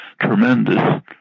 tremendous